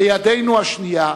בידנו השנייה,